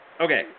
Okay